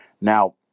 Now